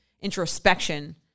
introspection